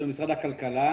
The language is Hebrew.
זה משרד הכלכלה.